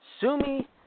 Sumi